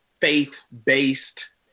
faith-based